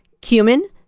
cumin